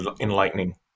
enlightening